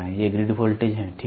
ये grid voltage हैं ठीक है